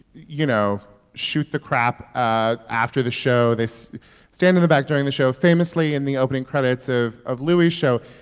you know, shoot the crap ah after the show. they stand in the back during the show. famously in the opening credits of of louis' show